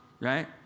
right